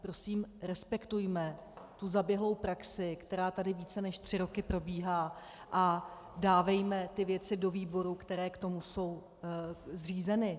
Prosím, respektujme zaběhlou praxi, která tady více než tři roky probíhá, a dávejme tyto věci do výborů, které k tomu jsou zřízeny.